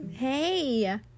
hey